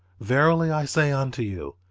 verily i say unto you,